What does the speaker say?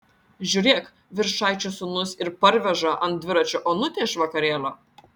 žiūrėk viršaičio sūnus ir parveža ant dviračio onutę iš vakarėlio